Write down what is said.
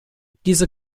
diese